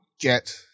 get